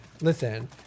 Listen